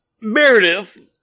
meredith